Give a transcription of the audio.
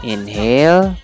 Inhale